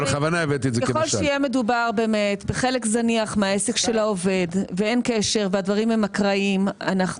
ככל שיהיה מדובר בחלק זניח מהעסק של העובד ואין קשר והדברים הם אקראיים,